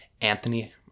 Anthony